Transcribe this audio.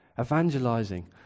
evangelizing